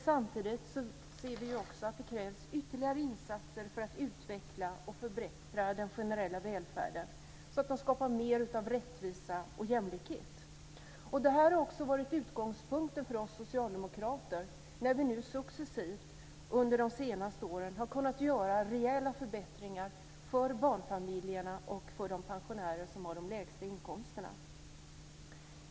Samtidigt ser vi också att det krävs ytterligare insatser för att utveckla och förbättra den generella välfärden så att den skapar mer av rättvisa och jämlikhet. Det har också varit utgångspunkten för oss socialdemokrater när vi nu successivt under de senaste åren har kunnat göra rejäla förbättringar för barnfamiljerna och för de pensionärer som har de lägsta inkomsterna.